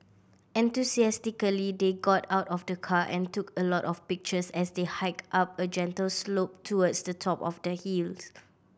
enthusiastically they got out of the car and took a lot of pictures as they hiked up a gentle slope towards the top of the hills